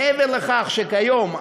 מעבר לכך שכיום,